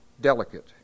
delicate